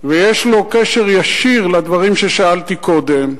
ויש לו קשר ישיר לדברים ששאלתי קודם.